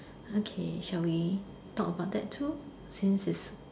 okay shall we talk about that too since is